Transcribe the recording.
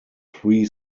three